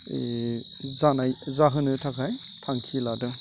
जानाय जाहोनो थाखाय थांखि लादों